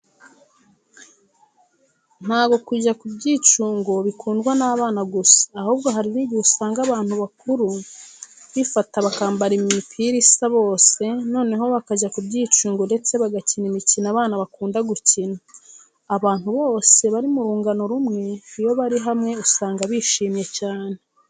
Ntabwo kujya ku byicungo bikundwa n'abana gusa ahubwo hari n'igihe usanga abantu bakuru bifata bakambara imipira isa bose, noneho bakajya ku byicungo ndetse bagakina imikino abana bakunda gukina. Abantu bose bari mu rungano rumwe iyo bari hamwe usanga bishimye cyane.